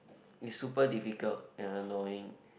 is super difficult and annoying